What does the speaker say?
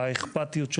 106(א)(1)